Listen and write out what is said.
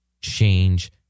change